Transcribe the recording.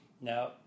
Now